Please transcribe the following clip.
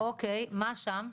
אוקי, מה שם?